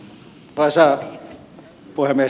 arvoisa puhemies